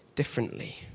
differently